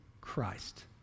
Christ